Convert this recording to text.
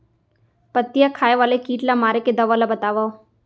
पत्तियां खाए वाले किट ला मारे के दवा ला बतावव?